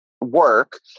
work